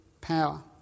power